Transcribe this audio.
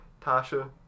Tasha